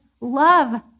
love